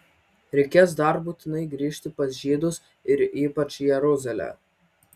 reikės dar būtinai grįžti pas žydus ir ypač jeruzalę